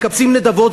מקבצים נדבות,